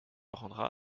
rendra